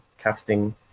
casting